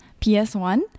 PS1